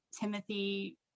Timothy